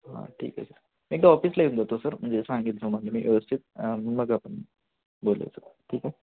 हां ठीक आहे सर एकदा ऑफिसला येऊन जातो सर म्हणजे सांगेन तुम्हाला मी व्यवस्थित मग आपण बोलू सर ठीक आहे